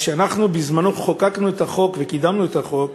אז כשאנחנו חוקקנו את החוק וקידמנו את החוק,